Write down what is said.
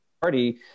party